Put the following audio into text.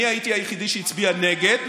אני הייתי היחידי שהצביע נגד,